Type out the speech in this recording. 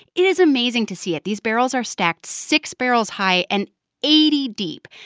it is amazing to see it. these barrels are stacked six barrels high and eighty deep.